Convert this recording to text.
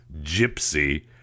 gypsy